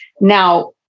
now